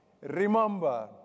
Remember